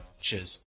Cheers